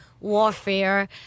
warfare